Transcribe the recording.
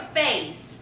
face